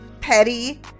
petty